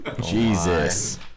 Jesus